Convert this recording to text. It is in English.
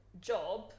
job